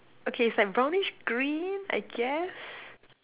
okay it's like brownish green I guess